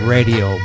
Radio